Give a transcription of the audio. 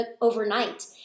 overnight